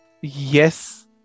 yes